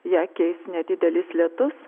ją keis nedidelis lietus